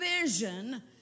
vision